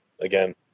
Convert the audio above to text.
again